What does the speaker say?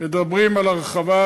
מדברים על הרחבת